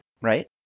Right